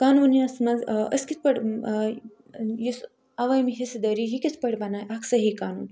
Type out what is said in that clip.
قانوٗنِیَس منٛز أسۍ کِتھ پٲٹھۍ یُس عوٲمی حِصہٕ دٲری یہِ کِتھ پٲٹھۍ بناے اکھ صحیح قانوٗن